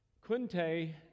Quinte